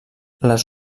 les